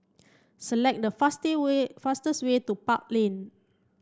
select the fast way fastest way to Park Lane